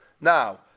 Now